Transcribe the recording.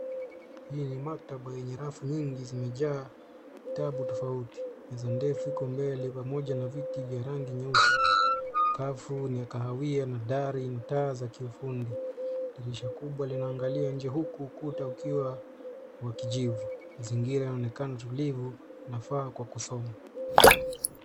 Hii ni maktaba yenye rafu nyingi zimejaa vitabu tofauti, meza ndefu iko mbele pamoja na viti vya rangi nyeusi. Sakafu ni ya kahawia na dari ina taa za kiufundi. Dirisha kubwa linaangalia nje huku ukuta ukiwa wa kijivu. Mazingira yaonekana tulivu, inafaa kwa kusoma.